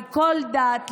לכל דת,